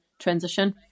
transition